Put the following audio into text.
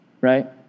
right